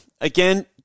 again